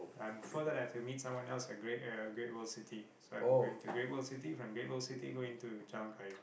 I'm further and I meet someone else at great uh Great World City so I'm going to Great World City from Great World City going to Jalan-Kayu